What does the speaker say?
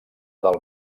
del